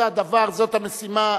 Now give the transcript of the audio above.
זה הדבר, זאת המשימה.